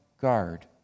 guard